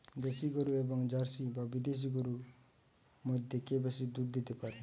দেশী গরু এবং জার্সি বা বিদেশি গরু মধ্যে কে বেশি দুধ দিতে পারে?